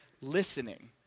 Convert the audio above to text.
listening